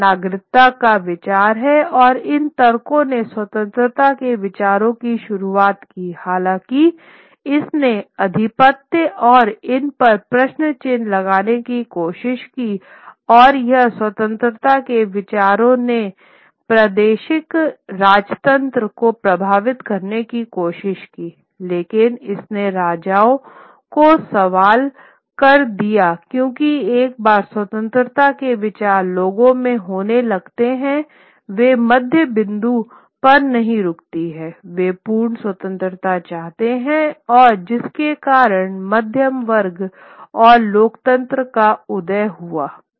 यह नागरिकता का विचार है और इन तर्कों ने स्वतंत्रता के विचारों की शुरुआत की हालाँकि इसने अधिपत्य और इन पर प्रश्नचिन्ह लगाने की कोशिश की और यह स्वतंत्रता के विचारों ने प्रादेशिक राजतंत्र को प्रभावित करने की कोशिश की लेकिन इसने राजाओं से सवाल कर दिया क्योंकि एक बार स्वतंत्रता के विचार लोगों में होने लगते हैं वे मध्य बिंदु पर नहीं रुकते हैं वे पूर्ण स्वतंत्रता चाहते हैं और जिसके कारण मध्य वर्ग और लोकतंत्र का उदय हुआ था